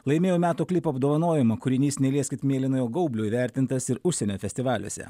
laimėjo metų klipo apdovanojimą kūrinys nelieskit mėlynojo gaublio įvertintas ir užsienio festivaliuose